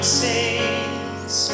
sings